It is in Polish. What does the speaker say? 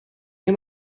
nie